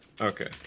Okay